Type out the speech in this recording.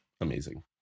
Amazing